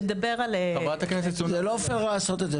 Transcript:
אם- - זה לא פייר לעשות את זה.